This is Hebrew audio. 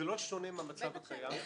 זה לא שונה מהמצב הקיים.